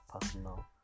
personal